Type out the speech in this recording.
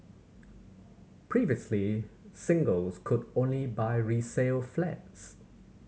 previously singles could only buy resale flats